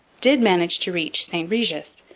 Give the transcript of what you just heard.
did manage to reach st regis,